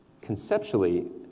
conceptually